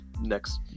next